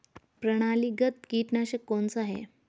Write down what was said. प्रणालीगत कीटनाशक कौन सा है?